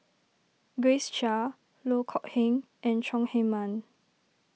Grace Chia Loh Kok Heng and Chong Heman